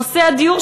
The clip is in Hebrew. נושא הדיור,